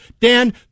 Dan